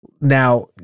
Now